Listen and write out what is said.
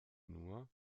nur